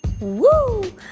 woo